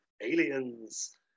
Aliens